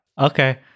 Okay